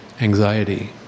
anxiety